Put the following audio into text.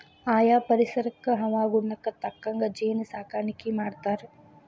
ಆಯಾ ಪರಿಸರಕ್ಕ ಹವಾಗುಣಕ್ಕ ತಕ್ಕಂಗ ಜೇನ ಸಾಕಾಣಿಕಿ ಮಾಡ್ತಾರ